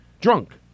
drunk